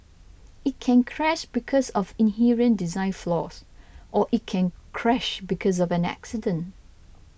it can crash because of inherent design flaws or it can crash because of an accident